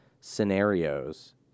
scenarios